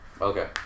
Okay